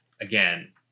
again